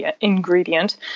ingredient